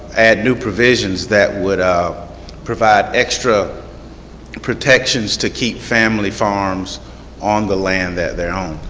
add new provisions that would um provide extra protections to keep family farms on the land that they own.